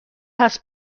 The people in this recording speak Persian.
هست